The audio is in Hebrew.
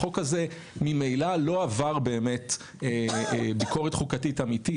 החוק הזה ממילא לא עבר באמת ביקורת חוקתית אמיתית.